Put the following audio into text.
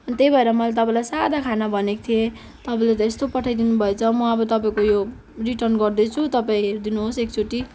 त्यही भएर मैले तपाईँलाई सादा खाना भनेकी थिएँ तपाईँले त यस्तो पठाइदिनु भएछ म अब तपाईँको यो रिटर्न गर्दैछु तपाईँ हेरिदिनुहोस् एकचोटि